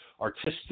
artistic